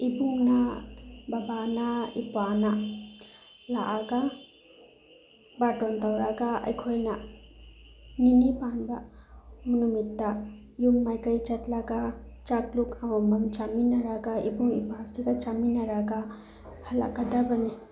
ꯏꯕꯨꯡꯅ ꯕꯕꯥꯅ ꯏꯄ꯭ꯋꯥꯅ ꯂꯥꯛꯑꯒ ꯕꯥꯔꯇꯣꯟ ꯇꯧꯔꯛꯑꯒ ꯑꯩꯈꯣꯏꯅ ꯅꯤꯅꯤ ꯄꯥꯟꯕ ꯅꯨꯃꯤꯠꯇ ꯌꯨꯝ ꯃꯥꯏꯀꯩ ꯆꯠꯂꯒ ꯆꯥꯛꯂꯨꯛ ꯑꯃꯃꯝ ꯆꯥꯃꯤꯟꯅꯔꯒ ꯏꯕꯨꯡ ꯏꯄ꯭ꯋꯥꯁꯤꯡꯒ ꯆꯥꯃꯤꯟꯅꯔꯒ ꯍꯜꯂꯛꯀꯗꯕꯅꯦ